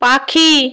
পাখি